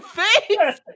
face